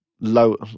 low